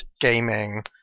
gaming